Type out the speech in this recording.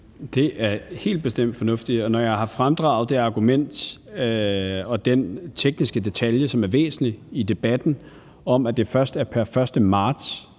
Det er helt bestemt fornuftigt, og når jeg har fremdraget det argument og den tekniske detalje, som er væsentlig i debatten, om, at det først er pr. 1. marts,